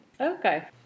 Okay